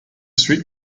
street